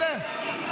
נא לאפשר לו לדבר.